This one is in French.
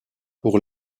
pour